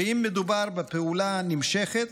אם מדובר בפעולה נמשכת,